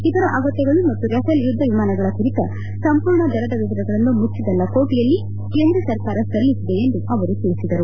ಇತರ ಅಗತ್ಯಗಳು ಮತ್ತು ರೆಫಲ್ ಯುದ್ದ ವಿಮಾನಗಳ ಕುರಿತ ಸಂಪೂರ್ಣ ದರದ ವಿವರಗಳನ್ನು ಮುಚ್ಲದ ಲಕೋಟೆಯಲ್ಲಿ ಕೇಂದ್ರ ಸರ್ಕಾರ ಸಲ್ಲಿಸಿದೆ ಎಂದು ಅವರು ತಿಳಿಸಿದರು